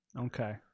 okay